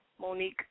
Monique